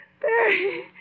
Barry